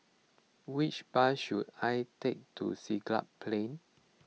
which bus should I take to Siglap Plain